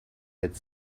had